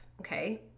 okay